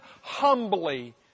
humbly